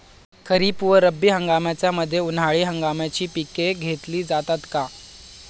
खरीप व रब्बी हंगामाच्या मध्ये उन्हाळी हंगामाची पिके घेतली जातात का?